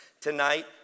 tonight